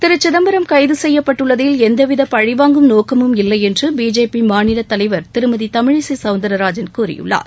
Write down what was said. திரு ப சிதம்பரம் கைது செய்யப்பட்டுள்ளதில் எந்தவித பழிவாங்கும் நோக்கமும் இல்லை என்று பிஜேபி மாநில தலைவர் திருமதி தமிழிசை சௌந்தர்ராஜன் கூறியுள்ளார்